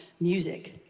music